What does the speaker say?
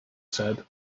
said